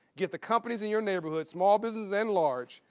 get the companies in your neighborhood, small businesses and large,